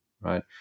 right